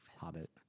Hobbit